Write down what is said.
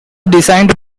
designed